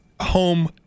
home